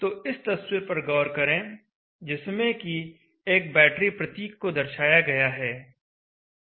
तो इस तस्वीर पर गौर करें जिसमें कि एक बैटरी प्रतीक को दर्शाया गया है